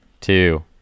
two